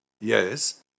Yes